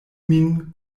min